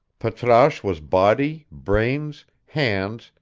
patrasche was body, brains, hands,